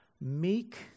meek